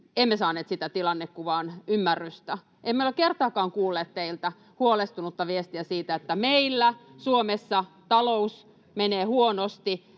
emme saaneet siihen tilannekuvaan ymmärrystä. Emme ole kertaakaan kuulleet teiltä huolestunutta viestiä siitä, että meillä Suomessa talous menee huonosti,